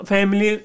Family